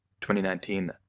2019